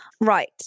Right